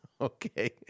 Okay